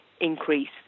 increase